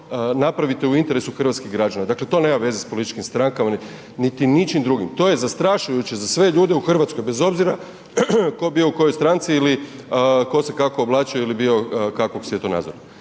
napravite u interesu hrvatskih građana, dakle to nema veze s političkim strankama niti ničim drugim, to je zastrašujuće za sve ljude u Hrvatskoj bez obzira tko bio u kojoj stranci ili tko se kako oblačio ili bio kakvog svjetonazora.